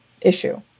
issue